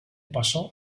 passò